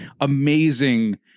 amazing